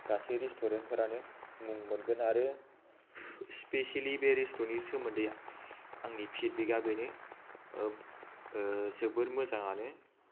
गासै रेस्टुरेन्टफोरानो मुं मोनगोन आरो स्पेसियेलि बे रेस्टुरेन्टनि सोमोन्दै आंनि फिडबेका बेनो जोबोर मोजाङानो